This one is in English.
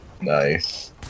Nice